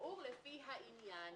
ערעור לפי העניין.